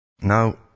Now